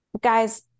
guys